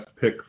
pick